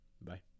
bye